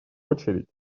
очередь